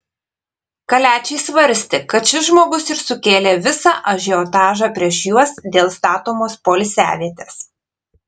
kaliačiai svarstė kad šis žmogus ir sukėlė visą ažiotažą prieš juos dėl statomos poilsiavietės